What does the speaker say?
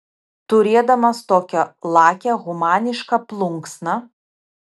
turėdamas tokią lakią humanišką plunksną